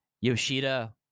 Yoshida